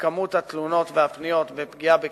בכמות התלונות והפניות על פגיעה בקטינים,